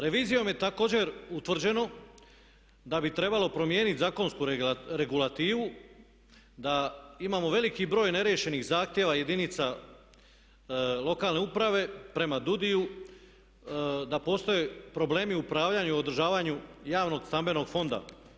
Revizijom je također utvrđeno da bi trebalo promijeniti zakonsku regulativu da imamo veliki broj neriješenih zahtjeva jedinica lokalne uprave prema DUDI-u, da postoje problemi u upravljanju, u održavanju javnog stambenog fonda.